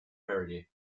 parody